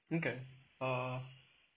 okay uh